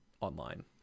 online